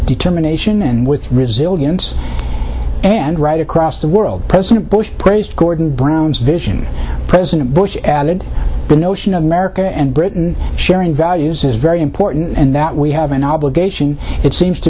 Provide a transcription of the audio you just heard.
determination and with resilience and right across the world president bush praised gordon brown's vision president bush added the notion of america and britain sharing values is very important and that we have an obligation it seems to